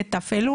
יתפעלו?